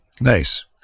Nice